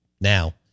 now